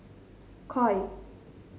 Koi